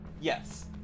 yes